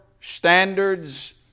standards